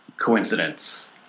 coincidence